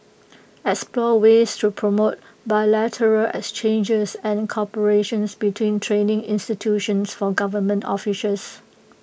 explore ways to promote bilateral exchanges and cooperations between training institutions for government officials